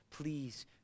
Please